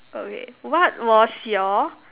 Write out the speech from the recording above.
okay what was your